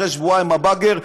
אחרי שבועיים ה"באגר",